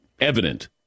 evident